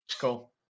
Cool